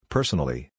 Personally